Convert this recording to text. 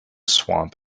swamp